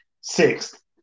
sixth